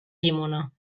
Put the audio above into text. llimona